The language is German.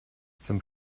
zum